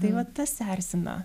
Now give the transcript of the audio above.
tai va tas erzina